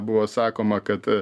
buvo sakoma kad